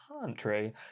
country